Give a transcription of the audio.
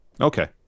okay